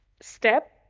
step